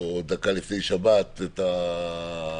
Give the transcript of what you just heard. או דקה לפני שבת את ההחלטות.